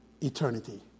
eternity